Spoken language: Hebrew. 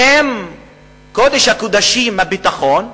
בשם קודש הקודשים, הביטחון,